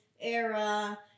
era